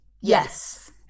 Yes